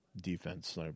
Defense